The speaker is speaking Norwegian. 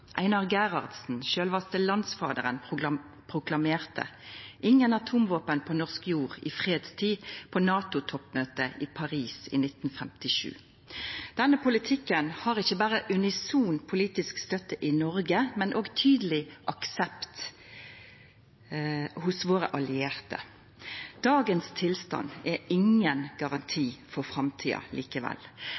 Einar Gerhardsen, sjølvaste landsfaderen, proklamerte «ingen atomvåpen på norsk jord i fredstid» på NATO-toppmøtet i Paris i 1957. Denne politikken har ikkje berre unison politisk støtte i Noreg, men òg tydeleg aksept hos våre allierte. Dagens tilstand er likevel ingen garanti for framtida.